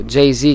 Jay-Z